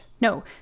No